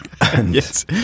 Yes